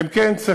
הן כן צריכות.